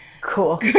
Cool